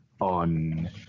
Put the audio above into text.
on